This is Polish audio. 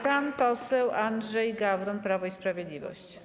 Pan poseł Andrzej Gawron, Prawo i Sprawiedliwość.